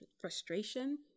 frustration